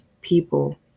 people